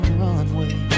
runway